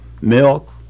Milk